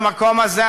במקום הזה,